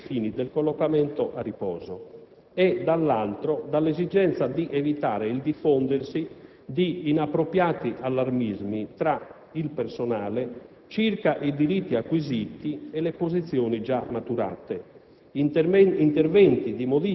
criteri più rigorosi ai fini del collocamento a riposo e, dall'altro, dall'esigenza di evitare il diffondersi di inappropriati allarmismi tra il personale circa i diritti acquisiti e le posizioni già maturate.